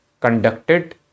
conducted